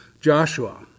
Joshua